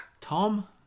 Tom